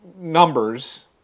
numbers